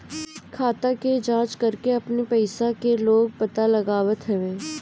खाता के जाँच करके अपनी पईसा के लोग पता लगावत हवे